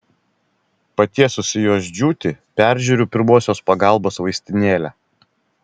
patiesusi juos džiūti peržiūriu pirmosios pagalbos vaistinėlę